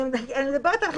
אני מדברת על חשמל.